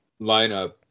lineup